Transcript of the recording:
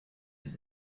his